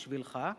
בשבילך,